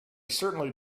certainly